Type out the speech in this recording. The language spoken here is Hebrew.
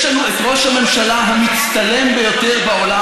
יש לנו את ראש הממשלה המצטלם ביותר בעולם,